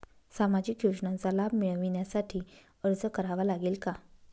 सामाजिक योजनांचा लाभ मिळविण्यासाठी अर्ज करावा लागेल का?